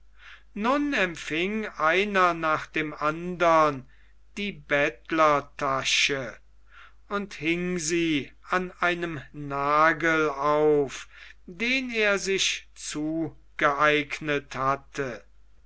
nun empfing einer nach dem andern die bettlertasche und hing sie an einem nagel auf den er sich zugeeignet hatte